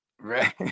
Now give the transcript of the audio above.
Right